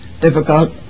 difficult